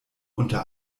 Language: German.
unter